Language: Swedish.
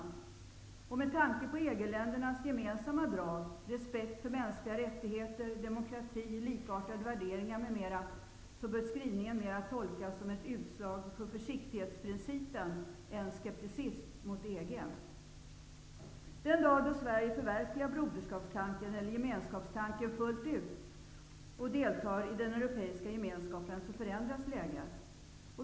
Med tanke på EG-ländernas gemensamma drag, respekt för mänskliga rättigheter, demokrati, likartade värderingar m.m. bör skrivningen mera tolkas som ett utslag för försiktighetsprincipen än som skepticism mot EG. Den dag då Sverige förverkligar broderskapstanken eller gemenskapstanken och fullt ut deltar i den europeiska gemenskapen förändras läget.